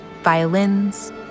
Violins